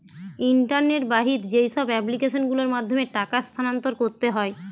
internet বাহিত যেইসব application গুলোর মাধ্যমে টাকা স্থানান্তর করতে হয়